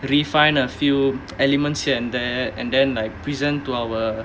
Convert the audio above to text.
refine a few elements here and there and then like present to our